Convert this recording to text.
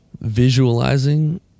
visualizing